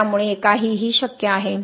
त्यामुळे काहीही शक्य आहे